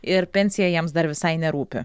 ir pensija jiems dar visai nerūpi